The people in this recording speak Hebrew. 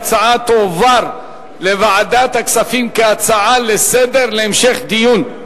ההצעה תועבר לוועדת הכספים כהצעה לסדר-היום להמשך דיון.